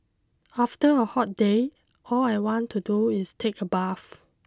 after a hot day all I want to do is take a bath